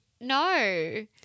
no